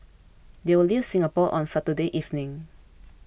they will leave Singapore on Saturday evening